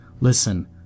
Listen